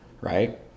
right